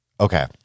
Okay